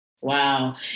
Wow